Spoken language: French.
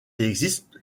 existe